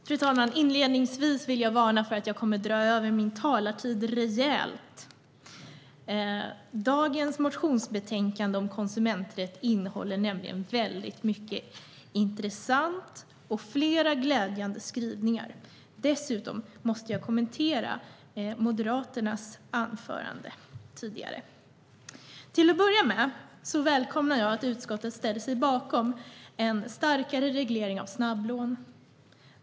Fru talman! Inledningsvis vill jag varna för att jag kommer att dra över min talartid rejält. Dagens motionsbetänkande om konsumenträtt innehåller nämligen mycket intressant och flera glädjande skrivningar. Dessutom måste jag kommentera anförandet från Moderaternas representant. Till att börja med välkomnar jag att utskottet ställer sig bakom en starkare reglering av snabblån.